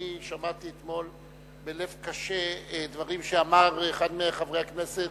אני שמעתי אתמול בלב קשה דברים שאמר אחד מחברי הכנסת